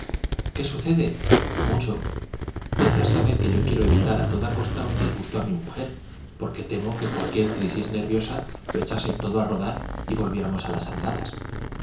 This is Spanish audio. qué sucede mucho petra sabe que yo quiero evitar a toda costa un disgusto a mi mujer porque temo que cualquier crisis nerviosa lo echase todo a rodar y volviéramos a las andadas